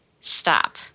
stop